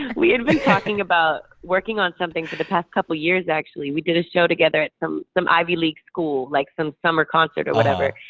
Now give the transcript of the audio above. and we had been talking about working on something for the past couple of years, actually. we did a show together at um some ivy league school, like some summer concert or whatever.